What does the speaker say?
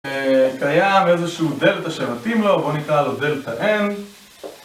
קיים איזשהו דלתא שמתאים לו, והוא נקרא לו דלתא M